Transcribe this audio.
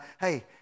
Hey